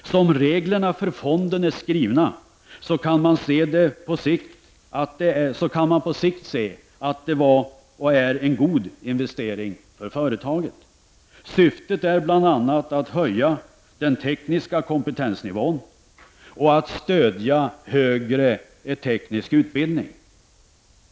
Som reglerna för fonden är skrivna kan man se att det på sikt var och är en god investering för företaget. Syftet är bl.a. att höja den tekniska kompetensnivån och att stödja högre teknisk utbildning.